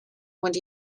mod